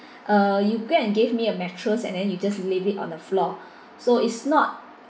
uh you go and gave me a mattress and then you just leave it on the floor so it's not